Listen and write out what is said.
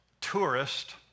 tourist